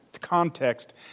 context